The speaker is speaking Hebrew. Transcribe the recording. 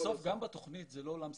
בסוף גם בתוכנית זה לא עולם סטרילי.